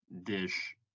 dish